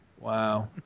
Wow